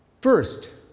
First